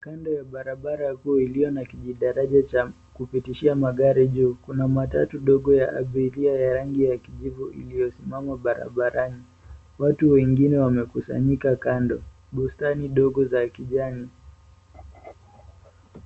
Kando ya barabara huu ulio na kijidaraja cha kupitishia magari juu, kuna matatu dogo ya abiria ya rangi ya kijivu iliyosimama barabarani, watu wengine wamekusanyika kando, bustani dogo za kijani